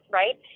right